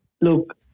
look